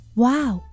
wow